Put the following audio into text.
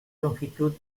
longitud